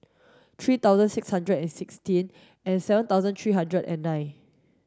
three thousand six hundred and sixteen and seven thousand three hundred and nine